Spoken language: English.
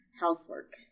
housework